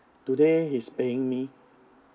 today is paying me